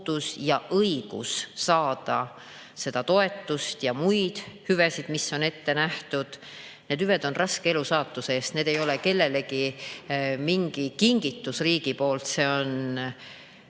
ja õigus saada seda toetust või muid hüvesid, mis on ette nähtud. Need hüved on raske elusaatuse eest, need ei ole kellelegi mingi kingitus riigilt, vaid see on